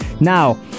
now